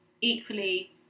equally